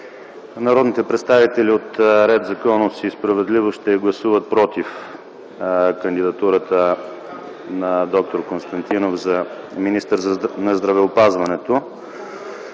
народните представители от „Ред, законност и справедливост” ще гласуват „против” кандидатурата на д-р Константинов за министър на здравеопазването.